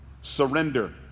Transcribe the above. Surrender